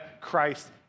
Christ